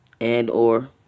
and/or